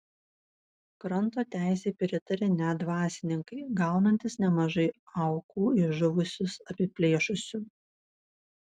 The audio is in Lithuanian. kranto teisei pritarė net dvasininkai gaunantys nemažai aukų iš žuvusius apiplėšusių